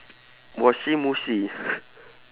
wassy mussey